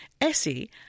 Essie